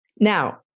now